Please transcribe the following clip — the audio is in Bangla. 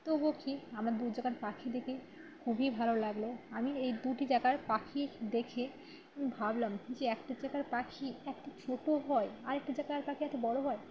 তবুও কী আমার দু জায়গার পাখি দেখে খুবই ভালো লাগল আমি এই দুটি জায়গার পাখি দেখে আমি ভাবলাম যে একটা জায়গার পাখি এত ছোটো হয় আর একটা জায়গার পাখি এত বড় হয়